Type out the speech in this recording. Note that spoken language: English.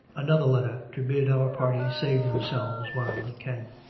another letter to bid our party save themselves while they can.